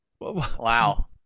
Wow